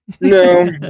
No